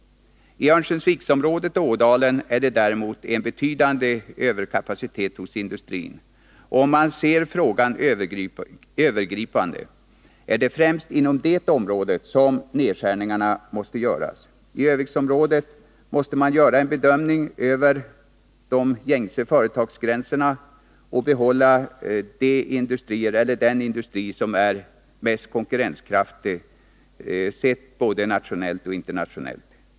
I Örnsköldsviksområdet och Ådalen är det däremot en betydande överkapacitet hos industrin. Om man ser frågan övergripande är det främst inom det området som nedskärningarna måste göras. I Örnsköldsviksområdet måste man göra en bedömning av de gängse företagsgränserna och behålla den industri som är mest konkurrenskraftig, både nationellt och internationellt.